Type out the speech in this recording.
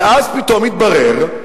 ואז פתאום מתברר,